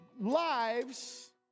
lives